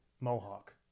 Mohawk